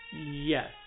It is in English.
yes